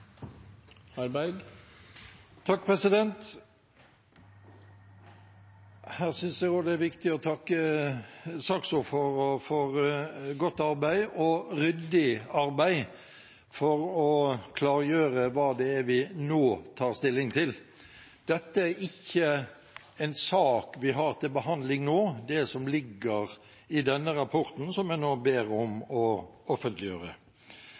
viktig å takke saksordføreren for godt og ryddig arbeid med å klargjøre hva vi nå tar stilling til. Dette er ikke en sak vi har til behandling nå – det som ligger i den rapporten som en nå ber om